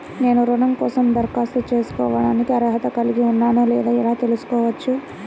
నేను రుణం కోసం దరఖాస్తు చేసుకోవడానికి అర్హత కలిగి ఉన్నానో లేదో ఎలా తెలుసుకోవచ్చు?